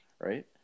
right